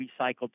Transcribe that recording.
recycled